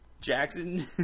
Jackson